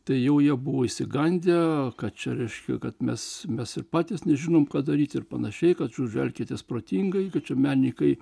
tai jau jie buvo išsigandę kad čia reiškia kad mes mes ir patys nežinom ką daryti ir panašiai kad žodžiui elkitės protingai kad čia menininkai